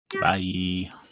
Bye